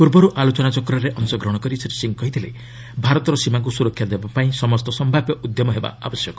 ପୂର୍ବରୁ ଆଲୋଚନାଚକ୍ରରେ ଅଂଶଗ୍ରହଣ କରି ଶ୍ରୀ ସିଂ କହିଥିଲେ ଭାରତର ସୀମାକୁ ସୁରକ୍ଷା ଦେବାପାଇଁ ସମସ୍ତ ସମ୍ଭାବ୍ୟ ଉଦ୍ୟମ ହେବା ଆବଶ୍ୟକ